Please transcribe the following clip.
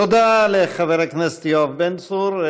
תודה לחבר הכנסת יואב בן צור.